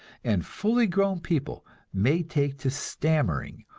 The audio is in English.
and fully grown people may take to stammering,